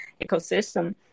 ecosystem